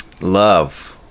love